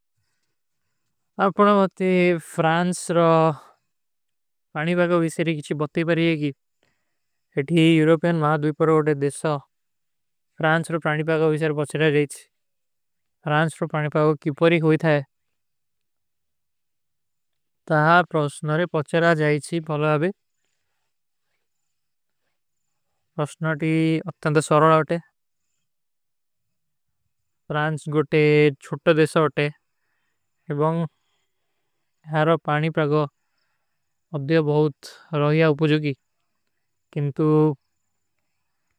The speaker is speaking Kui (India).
ଆପକା ମତ୍ତେ, ଫ୍ରାଂସ ଔର ପାନୀପାଗୋ ଵିଶେରୀ କିଛୀ ବତ୍ତୀ ପରିଯେଂ କୀ। ଇଠୀ ଏରୋପିଯନ ମହା ଦ୍ଵିପରୋଡେ ଦେଶା, ଫ୍ରାଂସ ଔର ପାନୀପାଗୋ ଵିଶେରୀ ପଚ୍ଚରା ଜାଈଚୀ। ଫ୍ରାଂସ ଔର ପାନୀପାଗୋ କିପରୀ ହୋଈ ଥାଯେ। ତାହାର ପ୍ରସ୍ଣାରେ ପଚ୍ଚରା ଜାଈଚୀ ପହଲୋ ଆବେ। ପ୍ରଉସ୍ଣାରୀ ଅଖ୍ଟାଂଦ ସଵରାରା ହୋତେ। ଫ୍ରାଂସ ଗୋଟେ ଚୁଟ୍ର ଦେଶା ହୋତେ। ଏବଂଗ ଏରୋ ପାନୀପାଗୋ ଅଧିଯା ବହୁତ ରହିଯା ଉପୁଜୁଗୀ।